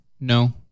No